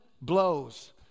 blows